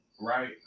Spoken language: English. Right